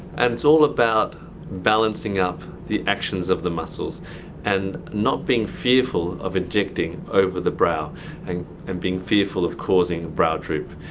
and it's all about balancing up the actions of the muscles and not being fearful of injecting over the brow and and being fearful of causing brow droop.